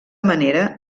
manera